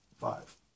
five